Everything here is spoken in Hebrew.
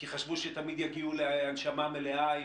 כי חשבו שתמיד יגיעו להנשמה מלאה,